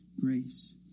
grace